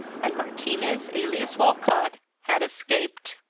and martinez, alias walcott, had escaped.